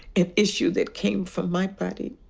an issue that came from my body,